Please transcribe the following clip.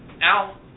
Al